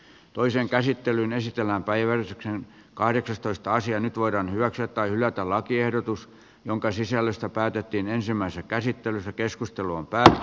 toisen käsittelyn esitellään päivällisekseen kahdeksastoista sija nyt voidaan hyväksyä tai hylätä lakiehdotus jonka sisällöstä päätettiin ensimmäisen käsittelyn keskustelun päälle